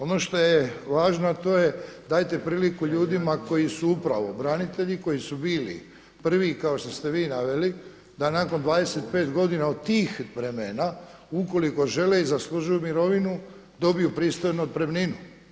Ono što je važno, a to je dajte priliku ljudima koji su upravo branitelji koji su bili prvi kao što ste vi naveli da nakon 25 godina od tih vremena, ukoliko žele i zaslužuju mirovinu dobiju pristojnu otpremninu.